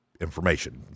information